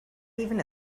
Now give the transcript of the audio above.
even